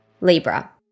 Libra